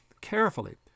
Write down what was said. carefully